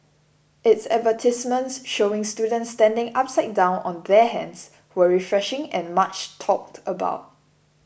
its advertisements showing students standing upside down on their hands were refreshing and much talked about